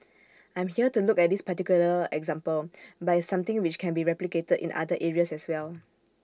I'm here to look at this particular example but it's something which can be replicated in other areas as well